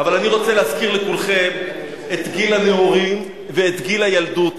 אבל אני רוצה להזכיר לכולכם את גיל הנעורים ואת גיל הילדות.